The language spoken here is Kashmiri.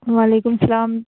وعلیکُم سلام